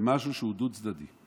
זה משהו שהוא דו-צדדי.